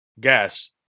gas